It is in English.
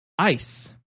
Ice